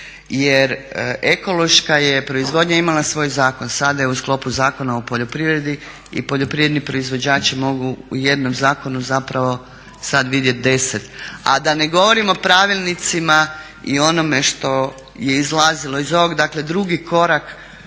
Jer ekološka je proizvodnja imala svoj zakon, sada je u sklopu Zakona o poljoprivredi i poljoprivredni proizvođači mogu u jednom zakonu zapravo sad vidjeti deset. A da ne govorim o pravilnicima i onome što je izlazilo iz ovoga, dakle drugi korak